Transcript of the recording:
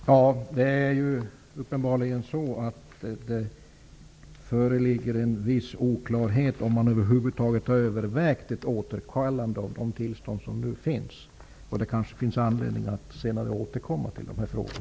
Fru talman! Uppenbarligen föreligger en viss oklarhet om huruvida man över huvud taget har övervägt ett återkallande av de tillstånd som nu finns. Det kanske finns anledning att senare återkomma till dessa frågor.